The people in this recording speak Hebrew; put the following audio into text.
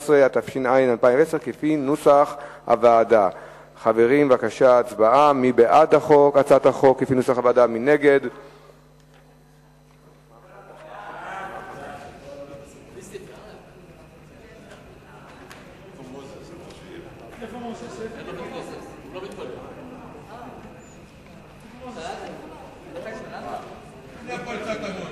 17), התש"ע 2010. סעיף 1 נתקבל.